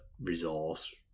resource